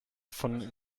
von